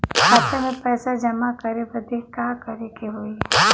खाता मे पैसा जमा करे बदे का करे के होई?